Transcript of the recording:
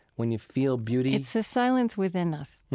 when you feel beauty it's the silence within us